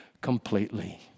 completely